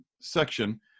section